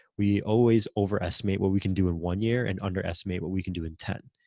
we always overestimate what we can do in one year and underestimate what we can do in ten.